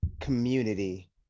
community